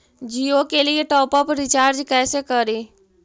जियो के लिए top up recharge कैसे करी?